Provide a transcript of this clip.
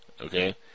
Okay